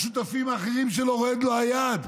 לשותפים האחרים שלו רועדת לו היד,